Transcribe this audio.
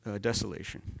desolation